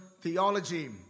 theology